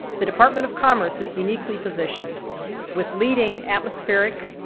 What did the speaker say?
the department of commerce is uniquely positioned with leading atmospheric,